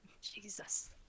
Jesus